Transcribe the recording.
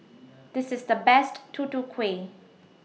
This IS The Best Tutu Kueh